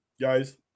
guys